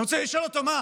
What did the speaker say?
אני רוצה לשאול אותו: מה,